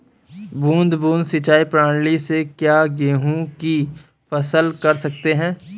बूंद बूंद सिंचाई प्रणाली से क्या गेहूँ की फसल कर सकते हैं?